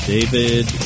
David